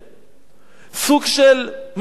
סוג של משהו קיומי.